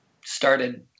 started